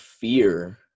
fear